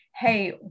hey